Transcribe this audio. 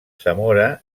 zamora